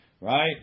Right